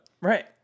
Right